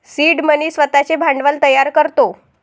seed money स्वतःचे भांडवल तयार करतो